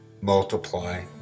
multiply